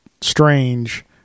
strange